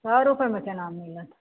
सए रुपैआमे केना मिलत